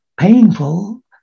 painful